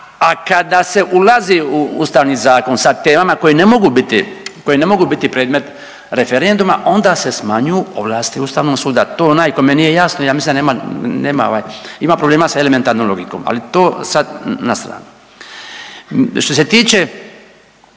A kada se ulazi u Ustavni zakon sa temama koje ne mogu biti, koje ne mogu biti predmet referenduma onda se smanjuju ovlasti Ustavnog suda. To onaj kome nije jasno ja mislim da nema, nema ovaj, ima problema sa elementarnom logikom, ali to sad na stranu. Što se tiče